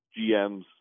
GMs